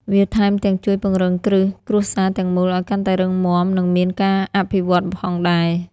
វាថែមទាំងជួយពង្រឹងគ្រឹះគ្រួសារទាំងមូលឱ្យកាន់តែរឹងមាំ និងមានការអភិវឌ្ឍន៍ផងដែរ។